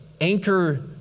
anchor